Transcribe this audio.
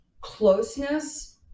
closeness